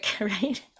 right